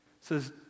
says